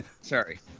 Sorry